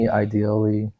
ideally